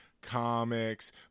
Comics